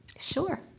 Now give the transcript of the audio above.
Sure